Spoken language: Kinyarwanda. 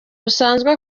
busanzwe